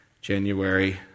January